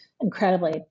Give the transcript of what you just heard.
incredibly